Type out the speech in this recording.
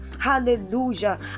Hallelujah